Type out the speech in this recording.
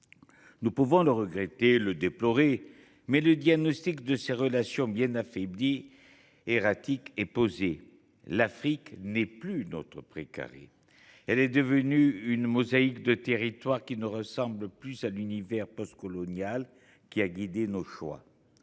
nous pouvons le regretter et le déplorer, mais le diagnostic de ces relations bien affaiblies et erratiques est posé : l’Afrique n’est plus notre pré carré. Elle est devenue une mosaïque de territoires, qui ne ressemble plus à l’univers postcolonial qui a pu guider nos choix.